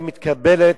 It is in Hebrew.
היא מתקבלת,